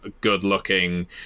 good-looking